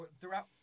throughout